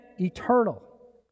eternal